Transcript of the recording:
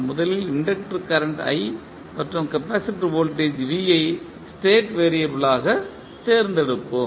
நாம் முதலில் inductor current i மற்றும் கெபாசிடர் வோல்டேஜ் ஐ ஸ்டேட் வெறியபிள்களாக தேர்ந்தெடுப்போம்